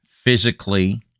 physically